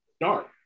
dark